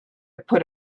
put